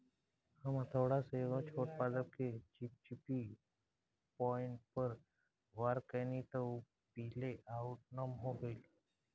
हम हथौड़ा से एगो छोट पादप के चिपचिपी पॉइंट पर वार कैनी त उ पीले आउर नम हो गईल